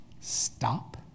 Stop